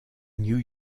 new